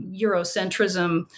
Eurocentrism